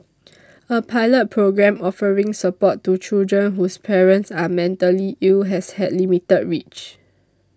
a pilot programme offering support to children whose parents are mentally ill has had limited reach